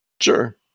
sure